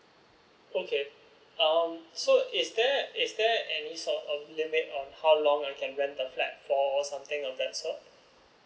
okay um so is there is there any sort of limit on how long I can rent the flat for something of that sort